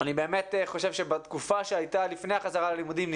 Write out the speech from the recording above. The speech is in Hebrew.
שאני באמת חושב שבתקופה שהייתה לפני החזרה ללימודים,